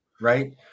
right